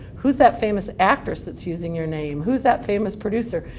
who's that famous actress that's using your name, who's that famous producer.